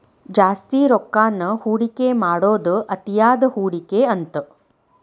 ಜಾಸ್ತಿ ರೊಕ್ಕಾನ ಹೂಡಿಕೆ ಮಾಡೋದ್ ಅತಿಯಾದ ಹೂಡಿಕೆ ಅಂತ